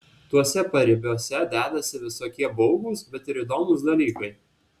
tuose paribiuose dedasi visokie baugūs bet ir įdomūs dalykai